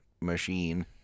machine